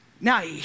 Now